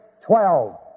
twelve